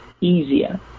easier